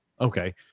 Okay